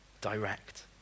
Direct